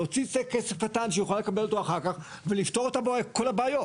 להוציא כסף קטן שהיא יכולה לקבל אותו אחר כך ולפתור את כל הבעיות,